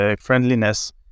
friendliness